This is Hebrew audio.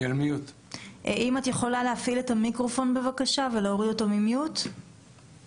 אני מטופלת בפוסט-טראומה עקב פגיעה מינית באמצעות קנביס.